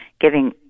giving